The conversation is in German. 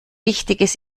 wichtiges